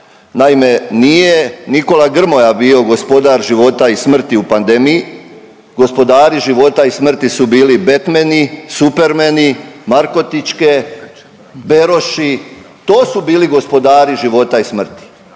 Naime nije Nikola Grmoja bio gospodar života i smrti u pandemiji. Gospodari života i smrti su bili betmeni, supermeni, markotičke, beroši, to su bili gospodari života i smrti.